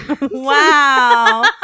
Wow